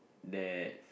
that